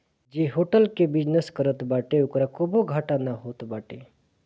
जे होटल कअ बिजनेस करत बाटे ओकरा कबो घाटा नाइ होत बाटे